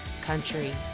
country